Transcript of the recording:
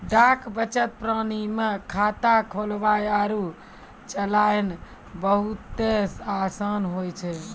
डाक बचत प्रणाली मे खाता खोलनाय आरु चलैनाय बहुते असान होय छै